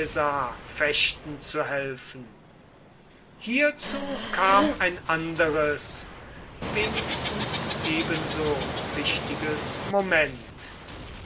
fechten zu helfen hierzu kam ein anderes wenigstens ebenso wichtiges moment